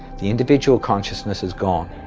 the individual consciousness is gone.